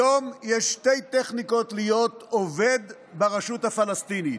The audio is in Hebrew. היום יש שתי טכניקות להיות עובד ברשות הפלסטינית: